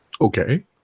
okay